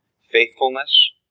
Faithfulness